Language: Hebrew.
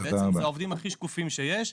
בעצם זה העובדים הכי שקופים שיש.